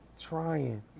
trying